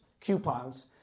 coupons